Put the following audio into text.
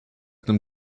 tym